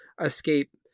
escape